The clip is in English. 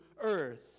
earth